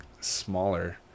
smaller